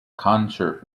concert